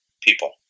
people